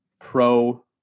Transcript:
pro